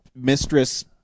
mistress